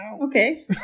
Okay